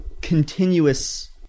continuous